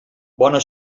bona